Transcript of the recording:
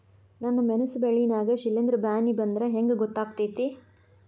ನನ್ ಮೆಣಸ್ ಬೆಳಿ ನಾಗ ಶಿಲೇಂಧ್ರ ಬ್ಯಾನಿ ಬಂದ್ರ ಹೆಂಗ್ ಗೋತಾಗ್ತೆತಿ?